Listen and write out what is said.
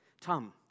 Tom